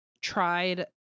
tried